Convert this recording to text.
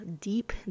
deep